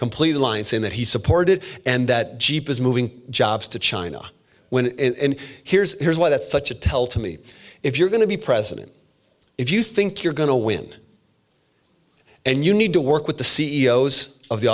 completely line saying that he supported and that jeep was moving jobs to china when and here's here's why that's such a tell to me if you're going to be president if you think you're going to win and you need to work with the c e o s of the